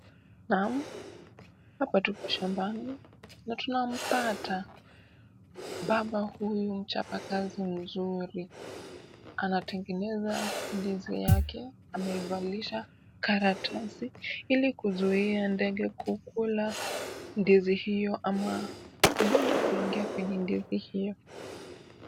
Naam, hapa tuko shambani na tunampata baba huyu mchapa kazi mzuri, anatengeneza ndizi yake amevalisha karatasi ili kuzuia ndege kukula ndizi hiyo ama ugonjwa kuingia kwenye ndizi hiyo.